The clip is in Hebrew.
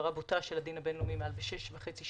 בהפרה בוטה של הדין הבין-לאומי מזה שש שנים וחצי.